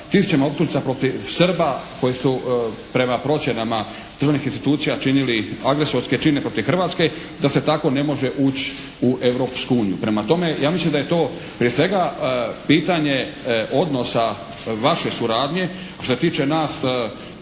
tisućama optužnica protiv Srba koje su prema procjenama državnih institucija činili agresorske čine protiv Hrvatske da se tako ne može ući u Europsku uniju. Prema tome, ja mislim da je to prije svega pitanje odnosa vaše suradnje. Što se tiče nas